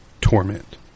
torment